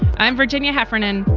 i'm virginia heffernan.